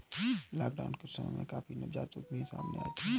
lockdown के समय में काफी नवजात उद्यमी सामने आए हैं